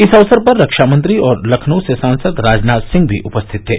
इस अवसर पर रक्षा मंत्री और लखनऊ से सांसद राजनाथ सिंह भी उपस्थित थे